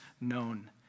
known